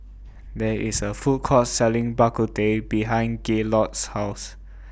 There IS A Food Court Selling Bak Kut Teh behind Gaylord's House